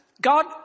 God